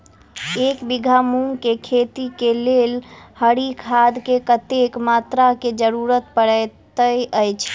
एक बीघा मूंग केँ खेती केँ लेल हरी खाद केँ कत्ते मात्रा केँ जरूरत पड़तै अछि?